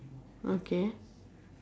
okay